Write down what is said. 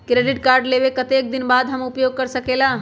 Credit card लेबे के कतेक दिन बाद हम उपयोग कर सकेला?